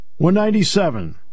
197